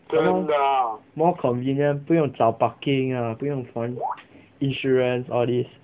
more more convenient 不用找 parking ah 不用烦 insurance all these